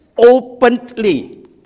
Openly